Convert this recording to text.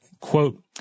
quote